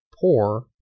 poor